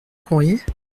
courrier